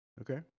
Okay